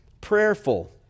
Prayerful